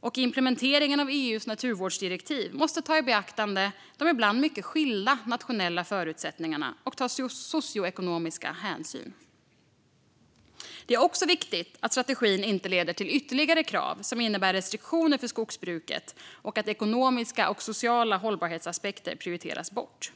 och implementeringen av EU:s naturvårdsdirektiv måste ta i beaktande de ibland mycket skilda nationella förutsättningarna och ta socioekonomiska hänsyn. Det är också viktigt att strategin inte leder till ytterligare krav som innebär restriktioner för skogsbruket och att ekonomiska och sociala hållbarhetsaspekter prioriteras bort.